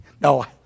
No